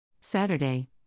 Saturday